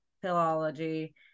philology